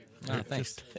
Thanks